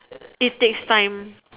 it takes time